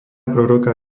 proroka